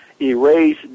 erase